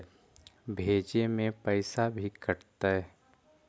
भेजे में पैसा भी कटतै?